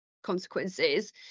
consequences